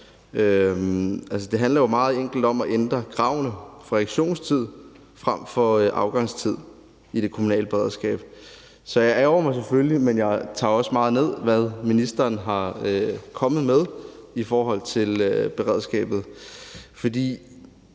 det handler jo meget enkelt om at ændre kravene for en reaktionstid fra en afgangstid til en responstid i det kommunale beredskab. Så jeg ærgrer mig selvfølgelig over det, men jeg tager også meget ned, hvad ministeren er kommet med i forhold til beredskabet.